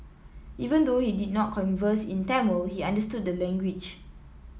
even though he did not converse in Tamil he understood the language